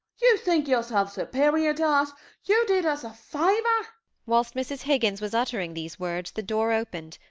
you think yourself superior to us? you did us a favour whilst mrs. higgins was uttering these words the door opened,